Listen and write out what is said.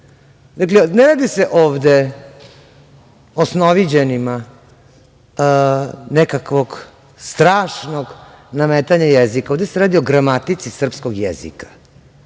problem. Ne radi se ovde o snoviđenjima nekakvog strašnog nametanja jezika. Ovde se radi o gramatici srpskog jezika.